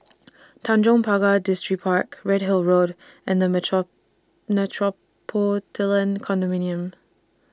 Tanjong Pagar Distripark Redhill Road and The Metropolitan Condominium